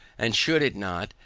and should it not,